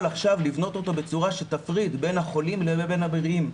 עכשיו לבנות אותו בצורה שתפריד בין החולים לבין הבריאים,